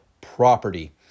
property